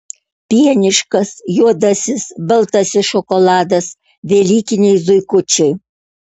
pieniškas juodasis baltasis šokoladas velykiniai zuikučiai